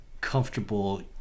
comfortable